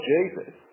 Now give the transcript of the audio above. Jesus